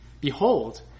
behold